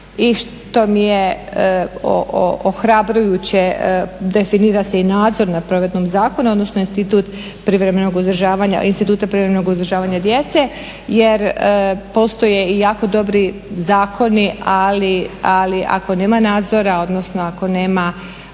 I što mi je ohrabrujuće, definira se i nadzor nad provedbom zakona, odnosno institut privremenog uzdržavanja, instituta privremenog uzdržavanja djece jer postoje i jako dobri zakoni, ali ako nema nadzora, odnosno ako nema